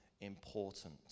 important